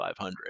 500